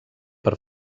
per